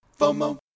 FOMO